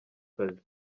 kazi